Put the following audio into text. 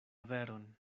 veron